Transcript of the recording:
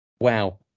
Wow